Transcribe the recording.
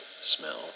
smell